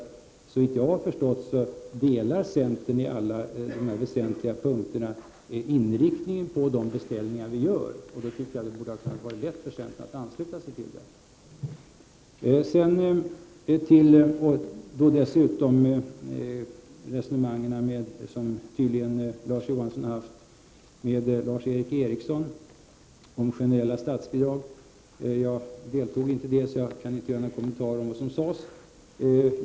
Såvitt jag har förstått delar nämligen centern på alla väsentliga punkter vår inställning till inriktning av de beställningar som vi gör. Då borde det kunna vara lätt för centern att ansluta sig till vår ståndpunkt. Så några ord om det resonemang som Larz Johansson tydligen fört med Lars Eric Ericsson om generella statsbidrag. Jag deltog inte i debatten så jag kan inte ge några kommentarer till diskussionen.